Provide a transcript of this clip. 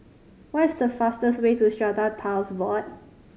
what is the fastest way to Strata Titles Board